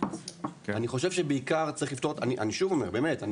אני שוב אומר באמת,